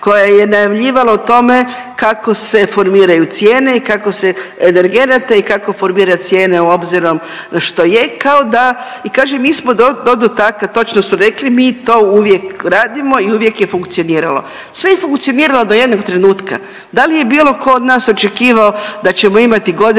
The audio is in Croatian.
koja je najavljivala o tome kako se formiraju cijene i kako se, energenata i kako formira cijene obzirom na što je, kao da i kaže mi smo to, točno su rekli mi to uvijek radimo i uvijek je funkcioniralo. Sve je funkcioniralo do jednog trenutka. Da li je bilo tko od nas očekivao da ćemo imati godinu